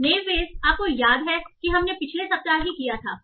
तो naive Bayes आपको याद है कि हमने पिछले सप्ताह ही किया था